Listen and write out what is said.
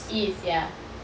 east ya